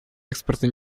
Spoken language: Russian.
экспорта